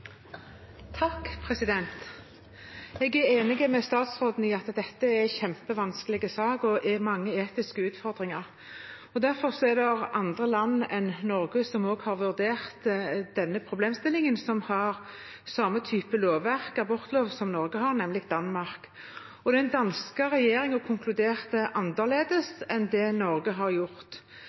at det er mange etiske utfordringer. Derfor er det andre land enn Norge som også har vurdert denne problemstillingen, som har samme type lovverk, abortlov, som Norge har, nemlig Danmark. Den danske regjeringen konkluderte annerledes enn det Norge har gjort,